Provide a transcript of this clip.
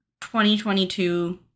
2022